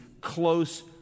close